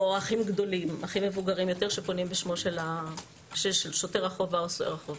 או אחים מבוגרים יותר שפונים בשמו של שוטר החובה או סוהר החובה.